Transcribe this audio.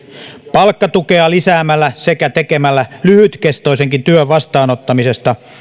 palkkatukea lisäämällä sekä tekemällä lyhytkestoisenkin työn vastaanottamisesta